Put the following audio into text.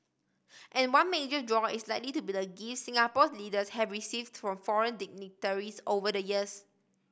and one major draw is likely to be the gifts Singapore's leaders have received from foreign dignitaries over the years